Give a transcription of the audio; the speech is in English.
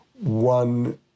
one